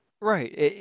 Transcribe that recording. Right